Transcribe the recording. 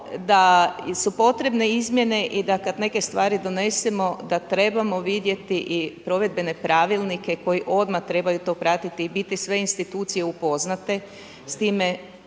da su potrebne izmjene i da kada neke stvari donesemo da trebamo vidjeti i provedbene pravilnike koji odmah trebaju to pratiti i biti sve institucije upoznate